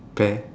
pear